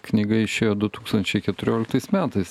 knyga išėjo du tūkstančiai keturioliktais metais